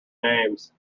names